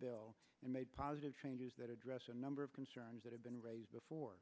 bill and made positive changes that address a number of concerns that had been raised before